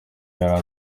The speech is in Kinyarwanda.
yari